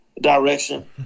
direction